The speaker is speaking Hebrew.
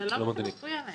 זה לא מה שמפריע להם.